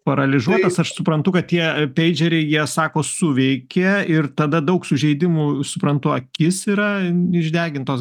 paralyžiuotas aš suprantu kad tie peidžeriai jie sako suveikė ir tada daug sužeidimų suprantu akis yra išdegintos